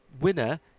winner